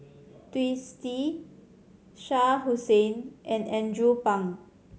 Twisstii Shah Hussain and Andrew Phang